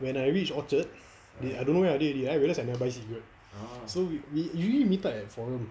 when I reach orchard they I don't know where are they already I realise I never buy cigarette so we usually meet up at forum